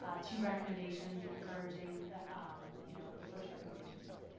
ah two recommendations encouraging the um you know the first recommendation, but.